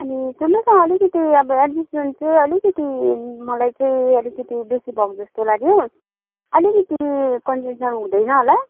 अनि सुन्नुहोस् न अलिकति अब एडमिसन चाहिँ अलिकति मलाई चाहिँ अलिकति बेसी भएको जस्तो लाग्यो अलिकति कन्सेसन हुँदैन होला